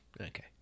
Okay